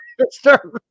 start